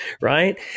Right